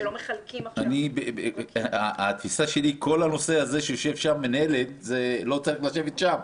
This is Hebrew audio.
שלא מחלקים עכשיו -- התפיסה שלי היא שנושא המינהלת לא צריך להיות שם,